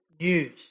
news